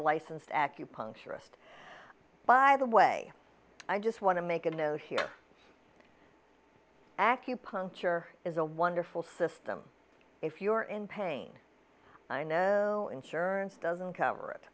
a licensed acupuncturist by the way i just want to make a note here acupuncture is a wonderful system if you are in pain i know insurance doesn't cover it